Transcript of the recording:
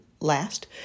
last